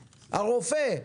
הרופא,